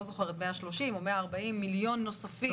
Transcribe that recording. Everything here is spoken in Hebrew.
130 או 140 מיליון נוספים.